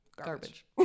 Garbage